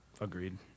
Agreed